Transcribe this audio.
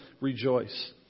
rejoice